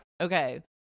Okay